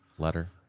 Letter